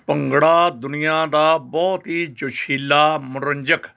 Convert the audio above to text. ਭੰਗੜਾ ਦੁਨੀਆਂ ਦਾ ਬਹੁਤ ਹੀ ਜੋਸ਼ੀਲਾ ਮੰਨੋਰੰਜਕ